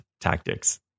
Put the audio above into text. tactics